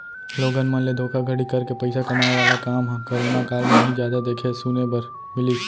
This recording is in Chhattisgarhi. लोगन मन ले धोखाघड़ी करके पइसा कमाए वाला काम ह करोना काल म ही जादा देखे सुने बर मिलिस